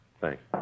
Thanks